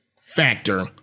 factor